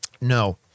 No